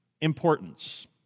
importance